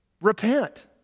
Repent